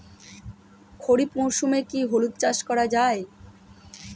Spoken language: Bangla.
খরিফ মরশুমে কি হলুদ চাস করা য়ায়?